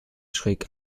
schräg